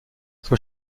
son